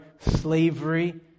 slavery